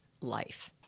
life